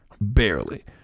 barely